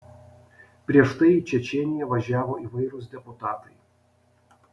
prieš tai į čečėniją važiavo įvairūs deputatai